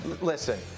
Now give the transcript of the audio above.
listen